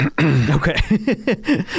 Okay